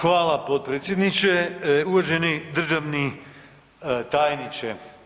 Hvala potpredsjedniče, uvaženi državni tajniče.